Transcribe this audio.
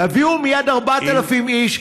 תביאו מייד 4,000 איש,